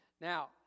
now